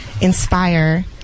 inspire